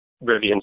Rivian's